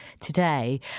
today